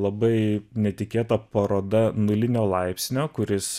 labai netikėta paroda nulinio laipsnio kuris